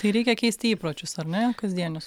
tai reikia keisti įpročius ar ne kasdienius